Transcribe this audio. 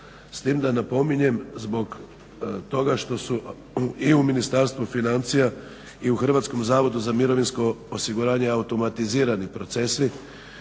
S tim da napominjem, zbog toga što su i u Ministarstvu financija i u HZMO automatizirani procesi,